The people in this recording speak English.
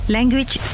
Language